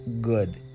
Good